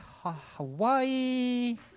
Hawaii